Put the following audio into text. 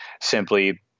simply